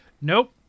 Nope